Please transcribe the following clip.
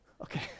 Okay